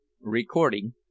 Recording